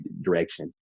direction